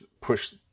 push